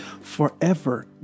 forever